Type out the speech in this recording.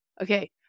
okay